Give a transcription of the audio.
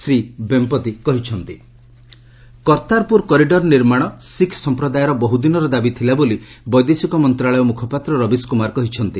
MEA Kartarpur Pak Kartarpur corridor ନିର୍ମାଣ ଶିଖ୍ ସଂପ୍ରଦାୟର ବହୁ ଦିନର ଦାବି ଥିଲା ବୋଲି ବୈଦେଶିକ ମନ୍ତ୍ରଣାଳୟ ମୁଖପାତ୍ର ରବିଶ୍ କୁମାର କହିଛନ୍ତି